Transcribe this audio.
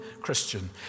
Christian